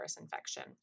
infection